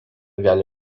gali